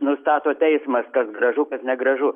nustato teismas kas gražu kas negražu